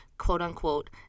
quote-unquote